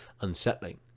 unsettling